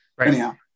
anyhow